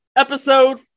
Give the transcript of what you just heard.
Episode